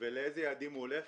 ולאילו יעדים הוא הולך.